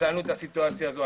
ניצלנו את הסיטואציה הזאת,